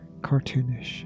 cartoonish